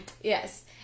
yes